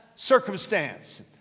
Circumstance